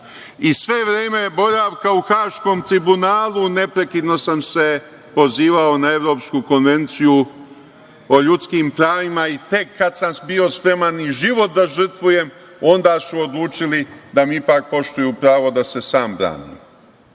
i sve vreme boravka u Haškom tribunalom neprekidno sam se pozivao na Evropsku konvenciju o ljudskim pravima i tek kada sam bio spreman i život da žrtvujem, onda su odlučili da mi ipak poštuju pravo da se sam branim